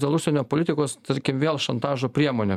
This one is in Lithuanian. dėl užsienio politikos tarkim vėl šantažo priemone